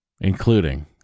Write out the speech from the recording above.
including